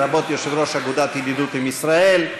לרבות יושב-ראש אגודת הידידות עם ישראל,